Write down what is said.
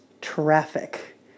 traffic